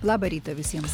labą rytą visiems